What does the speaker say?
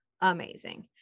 amazing